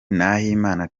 nahimana